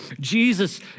Jesus